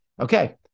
Okay